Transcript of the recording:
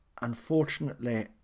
unfortunately